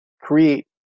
create